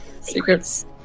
Secrets